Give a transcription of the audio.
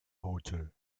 hotel